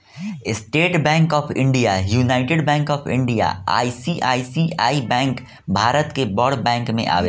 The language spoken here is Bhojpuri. estate bank of India, united bank of India, ICICI bank Bharat के बड़ बैंक में आवेला